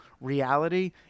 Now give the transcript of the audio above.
reality